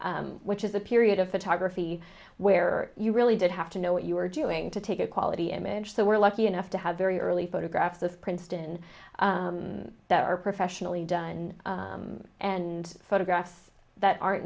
which is a period of photography where you really did have to know what you were doing to take a quality image so we're lucky enough to have very early photographs this princeton that are professionally done and photographs that aren't